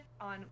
on